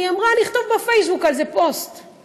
היא אמרה: אני אכתוב בפייסבוק פוסט על זה.